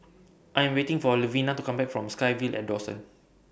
I Am waiting For Levina to Come Back from SkyVille At Dawson